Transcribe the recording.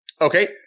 Okay